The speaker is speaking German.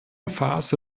phase